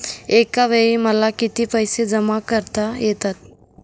एकावेळी मला किती पैसे जमा करता येतात?